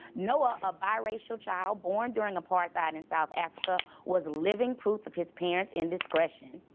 noah, a biracial child born during apartheid in south africa, was living proof of his parents indiscretion!